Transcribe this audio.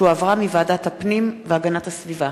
שהחזירה ועדת הפנים והגנת הסביבה.